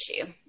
issue